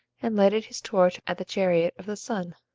and lighted his torch at the chariot of the sun,